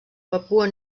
papua